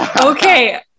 okay